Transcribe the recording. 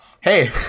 hey